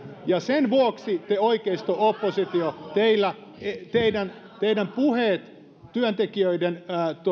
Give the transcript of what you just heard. ja sen vuoksi oikeisto oppositio teidän teidän puheenne työntekijöiden